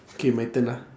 K my turn ah